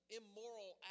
immoral